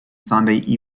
sunday